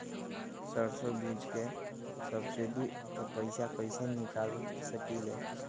सरसों बीज के सब्सिडी के पैसा कईसे निकाल सकीले?